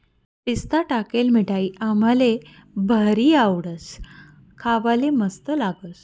पिस्ता टाकेल मिठाई आम्हले भारी आवडस, खावाले मस्त लागस